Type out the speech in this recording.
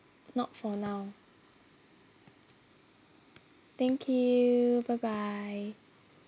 not for now thank you bye bye